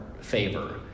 Favor